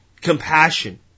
Compassion